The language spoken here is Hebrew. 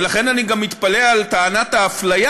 ולכן אני גם מתפלא על טענת האפליה,